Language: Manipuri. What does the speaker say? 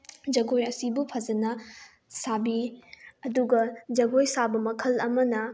ꯖꯒꯣꯏ ꯑꯁꯨꯕꯨ ꯐꯖꯅ ꯁꯥꯕꯤ ꯑꯗꯨꯒ ꯖꯒꯣꯏ ꯁꯥꯕ ꯃꯈꯜ ꯑꯃꯅ